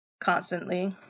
Constantly